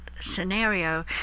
scenario